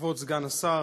כבוד סגן השר,